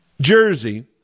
Jersey